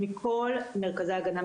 מכול מרכזי ההגנה,